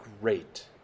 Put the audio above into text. great